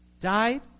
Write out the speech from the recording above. died